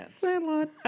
Sandlot